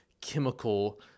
chemical